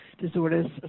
disorders